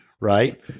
right